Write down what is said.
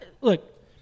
look